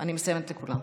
אני מסיימת לכולם.